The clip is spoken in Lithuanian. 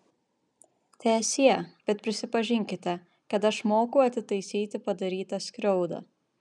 teesie bet prisipažinkite kad aš moku atitaisyti padarytą skriaudą